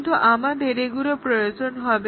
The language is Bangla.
কিন্তু আমাদের এগুলো প্রয়োজন হবে